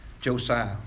Josiah